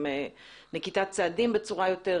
עם נקיטת צעדים בצורה יותר